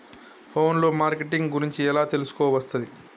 Phone లో marketing గురించి ఎలా తెలుసుకోవస్తది?